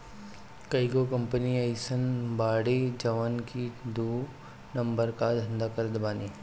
कईगो कंपनी अइसन बाड़ी जवन की दू नंबर कअ धंधा करत बानी